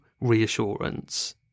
reassurance